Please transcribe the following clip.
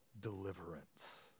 deliverance